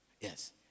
Yes